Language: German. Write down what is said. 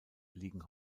liegen